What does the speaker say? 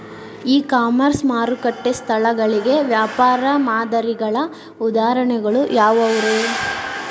E commerce ಮಾರುಕಟ್ಟೆ ಸ್ಥಳಗಳಿಗೆ ವ್ಯಾಪಾರ ಮಾದರಿಗಳ ಉದಾಹರಣೆಗಳು ಯಾವವುರೇ?